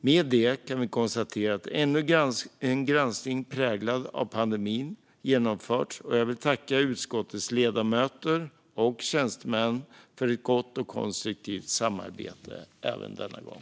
Med detta kan vi konstatera att ännu en granskning präglad av pandemin genomförts, och jag vill tacka utskottets ledamöter och tjänstemän för ett gott och konstruktivt samarbete även denna gång.